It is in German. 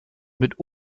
mit